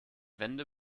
wende